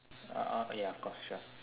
uh ya of course sure